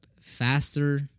faster